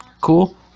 cool